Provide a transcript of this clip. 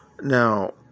Now